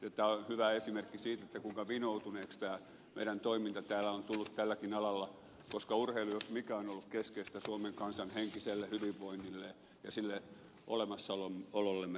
tämä on hyvä esimerkki siitä kuinka vinoutuneeksi tämä meidän toimintamme täällä on tullut tälläkin alalla koska urheilu jos mikä on ollut keskeistä suomen kansan henkisen hyvinvoinnin ja sen olemassaolon kolme